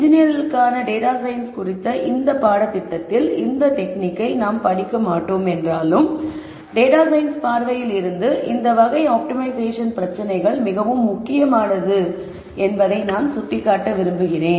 இன்ஜினியர்களுக்கான data science குறித்த இந்த பாடத்திட்டத்தில் அந்த நுட்பத்தை நாம் படிக்க மாட்டோம் என்றாலும் டேட்டா சயின்ஸ் பார்வையில் இருந்து இந்த வகை ஆப்டிமைசேஷன் பிரச்சனைகள் மிகவும் முக்கியமானது என்பதை நான் சுட்டிக்காட்ட விரும்புகிறேன்